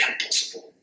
impossible